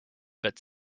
but